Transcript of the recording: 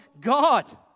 God